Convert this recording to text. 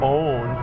own